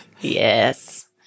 Yes